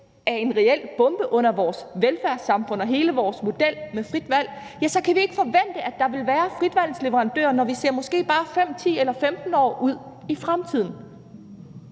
er en reel bombe under vores velfærdssamfund og hele vores model med frit valg, så kan vi ikke forvente, at der vil være fritvalgsleverandører, når vi ser måske bare 5, 10 eller 15 år ud i fremtiden.